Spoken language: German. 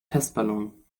testballon